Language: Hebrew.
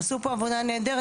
עשו פה עבודה נהדרת,